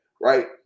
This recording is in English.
Right